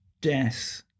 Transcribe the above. death